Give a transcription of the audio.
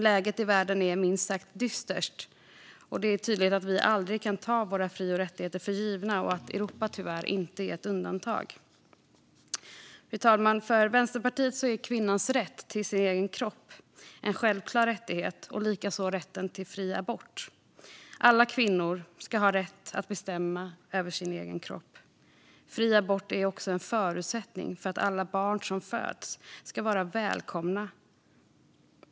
Läget i världen är minst sagt dystert, och det är tydligt att vi aldrig kan ta våra fri och rättigheter för givna och att Europa tyvärr inte är något undantag. Fru talman! För Vänsterpartiet är kvinnans rätt till sin egen kropp en självklar rättighet, och likaså rätten till fri abort. Alla kvinnor ska ha rätt att bestämma över sin egen kropp. Fri abort är också en förutsättning för att alla barn som föds ska vara välkomna.